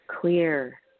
clear